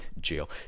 Jail